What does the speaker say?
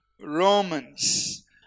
Romans